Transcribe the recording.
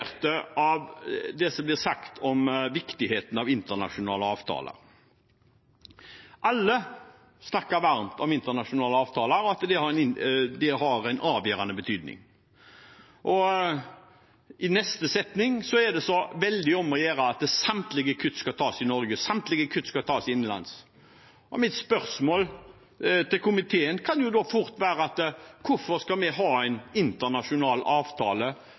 av det som blir sagt om viktigheten av internasjonale avtaler. Alle snakker varmt om internasjonale avtaler og sier at de har en avgjørende betydning, og så er det i neste setning veldig om å gjøre at samtlige kutt skal tas i Norge – samtlige kutt skal tas innenlands. Mitt spørsmål til komiteen kan da fort være: Hvorfor skal vi ha en internasjonal avtale